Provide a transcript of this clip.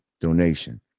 donation